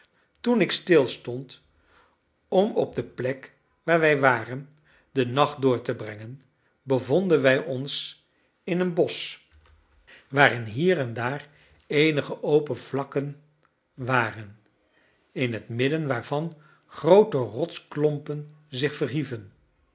toen ik stilstond om op de plek waar wij waren den nacht door te brengen bevonden wij ons in een bosch waarin hier en daar eenige open vlakken waren in het midden waarvan groote rotsklompen zich verhieven